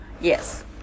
Yes